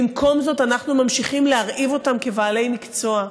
במקום זאת אנחנו ממשיכים להרעיב אותם כבעלי מקצוע,